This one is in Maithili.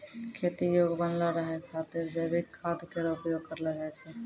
खेती योग्य बनलो रहै खातिर जैविक खाद केरो उपयोग करलो जाय छै